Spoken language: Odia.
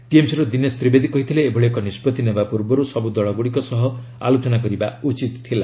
ଟିଏମ୍ସିର ଦୀନେଶ ତ୍ରିବେଦୀ କହିଥିଲେ ଏଭଳି ଏକ ନିଷ୍କଭି ନେବା ପୂର୍ବରୁ ସବୁ ଦଳଗୁଡ଼ିକ ସହ ଆଲୋଚନା କରିବା ଉଚିତ ଥିଲା